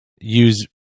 use